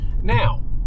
Now